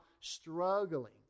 struggling